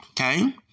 Okay